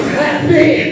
happy